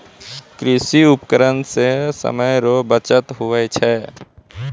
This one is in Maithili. कृषि उपकरण से समय रो बचत हुवै छै